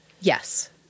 Yes